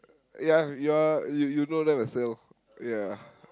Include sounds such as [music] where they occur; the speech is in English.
ya your you you know them as well ya [breath]